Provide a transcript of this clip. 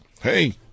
hey